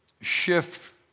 shift